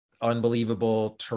unbelievable